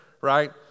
right